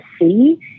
see